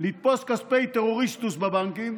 לתפוס כספי טרוריסטוס בבנקים,